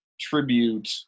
tribute